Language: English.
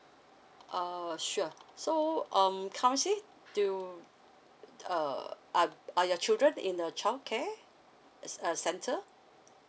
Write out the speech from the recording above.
uh sure so um currently do uh are are your children in a childcare c~ uh centre